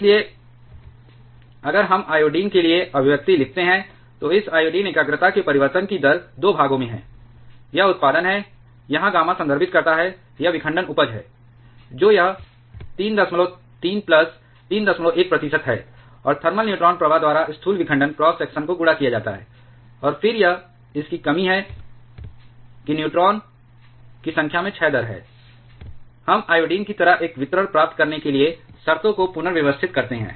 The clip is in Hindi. इसलिए अगर हम आयोडीन के लिए अभिव्यक्ति लिखते हैं तो इस आयोडीन एकाग्रता के परिवर्तन की दर 2 भागों में है यह उत्पादन है यहां गामा संदर्भित करता है यह विखंडन उपज है जो यह 33 प्लस 31 प्रतिशत है और थर्मल न्यूट्रॉन प्रवाह द्वारा स्थूल विखंडन क्रॉस सेक्शन को गुणा किया जाता है और फिर यह इसकी कमी है कि यह न्यूट्रॉन की संख्या में क्षय दर है हम आयोडीन की तरह एक वितरण प्राप्त करने के लिए शर्तों को पुनर्व्यवस्थित करते हैं